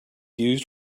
used